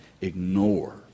ignore